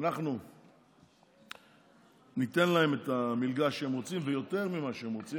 אנחנו ניתן להם את המלגה שהם רוצים ויותר ממה שהם רוצים,